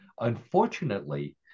Unfortunately